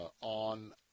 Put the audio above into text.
on